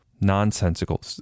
nonsensical